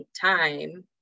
time